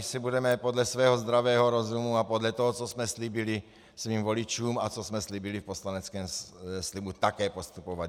My si budeme podle svého zdravého rozumu a podle toho, co jsme slíbili svým voličům a co jsme slíbili v poslaneckém slibu, také postupovat.